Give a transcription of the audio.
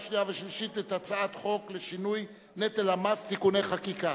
שנייה ושלישית את הצעת חוק לשינוי נטל המס (תיקוני חקיקה).